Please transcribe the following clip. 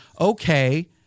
okay